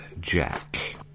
Jack